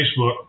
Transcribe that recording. Facebook